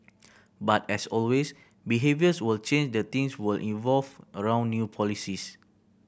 but as always behaviours will change the things will evolve around new policies